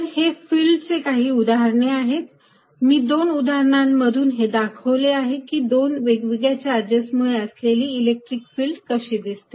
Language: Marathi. तर हे फिल्ड चे काही उदाहरणे आहेत मी दोन उदाहरणांमधून हे दाखवले आहे की दोन वेगवेगळ्या चार्जेस मुळे असलेली इलेक्ट्रिक फिल्ड कशी दिसते